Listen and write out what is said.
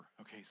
Okay